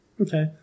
Okay